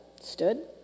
stood